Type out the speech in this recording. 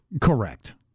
Correct